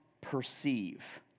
perceive